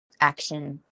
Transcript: action